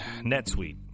NetSuite